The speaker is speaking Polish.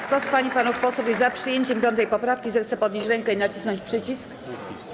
Kto z pań i panów posłów jest za przyjęciem 5. poprawki, zechce podnieść rękę i nacisnąć przycisk.